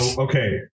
Okay